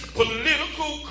political